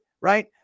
Right